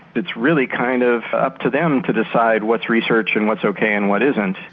it's really kind of up to them to decide what's research and what's ok and what isn't.